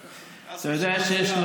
יודע שיש לו